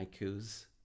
haikus